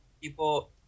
People